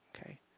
okay